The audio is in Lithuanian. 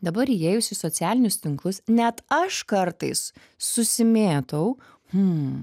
dabar įėjus į socialinius tinklus net aš kartais susimėtau hm